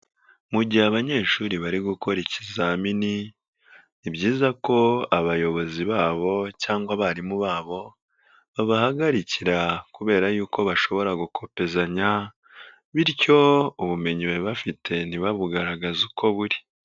Mu gihe abanyeshuri bari gukora ikizamini, ni byiza ko abayobozi babo, cyangwa abarimu babo, babahagarikira kubera yuko bashobora gukomezanya, bityo ubumenyi bari bafite ntibabugaragaze uko buri.